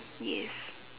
yes